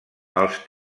els